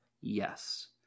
Yes